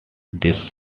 this